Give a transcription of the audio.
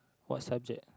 what subject